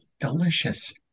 delicious